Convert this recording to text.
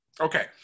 Okay